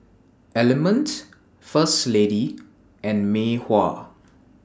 Element First Lady and Mei Hua